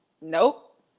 Nope